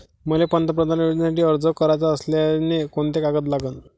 मले पंतप्रधान योजनेसाठी अर्ज कराचा असल्याने कोंते कागद लागन?